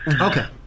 Okay